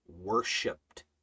worshipped